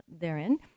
therein